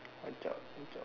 I thought you talk